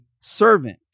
servant